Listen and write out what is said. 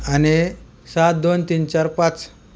आणि सात दोन तीन चार पाच